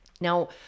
Now